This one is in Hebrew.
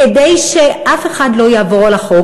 כדי שאף אחד לא יעבור על החוק.